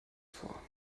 vor